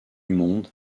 monde